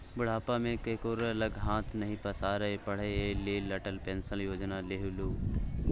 बुढ़ापा मे केकरो लग हाथ नहि पसारै पड़य एहि लेल अटल पेंशन योजना लेलहु